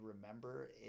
remember